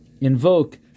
invoke